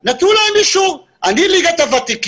האבסורד הכי גדול הוא שנתנו להם אישור ואת ליגת הוותיקים,